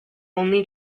only